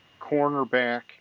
cornerback